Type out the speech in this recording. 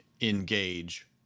engage